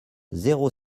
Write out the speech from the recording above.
zéro